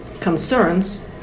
concerns